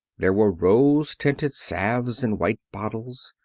there were rose-tinted salves in white bottles.